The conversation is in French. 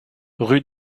rue